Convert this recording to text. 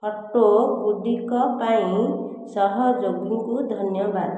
ଅଟୋଗୁଡ଼ିକ ପାଇଁ ସହଯୋଗୀଙ୍କୁ ଧନ୍ୟବାଦ